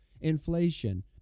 inflation